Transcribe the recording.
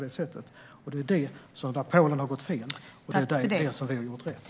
Det är här Polen har gjort fel och vi har gjort rätt.